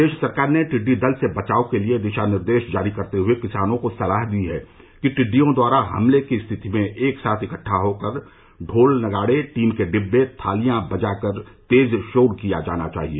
प्रदेश सरकार ने टिड्डी दल से बचाव के लिए दिशा निर्देश जारी करते हुए किसानों को सलाह दी है कि टिड्डियों द्वारा हमले की रिथति में एक साथ इकट्ठा होकर ढोल नगाड़े टिन के डिब्बे थालियां बजाकर तेज शोर किया जाना चाहिए